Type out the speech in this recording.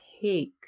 take